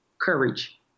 Courage